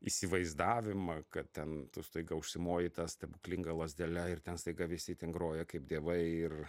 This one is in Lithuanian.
įsivaizdavimą kad ten tu staiga užsimoji ta stebuklinga lazdele ir ten staiga visi ten groja kaip dievai ir